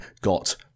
got